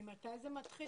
ממתי זה מתחיל?